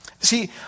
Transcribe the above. See